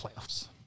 playoffs